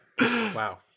Wow